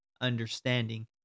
understanding